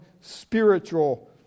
spiritual